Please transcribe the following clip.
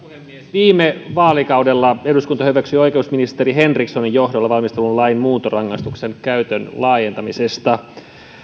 viime vaalikaudella eduskunta hyväksyi oikeusministeri henrikssonin johdolla valmistellun lain muuntorangaistuksen käytön laajentamisesta